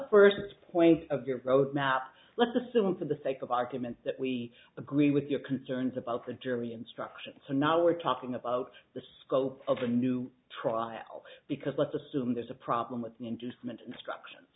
your roadmap let's assume for the sake of argument that we agree with your concerns about the jury instructions so now we're talking about the scope of a new trial because let's assume there's a problem with the inducement instructions